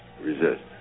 resist